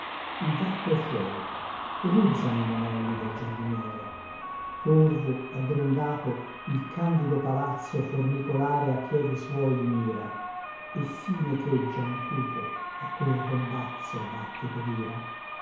il gatto è fuori ruzzano i monelli del giardiniere torvo aggrondato il candido palazzo formicolare a piedi suoi li mira e sì necheggia un cupo a quel rombazzo battito dira